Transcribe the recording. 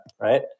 right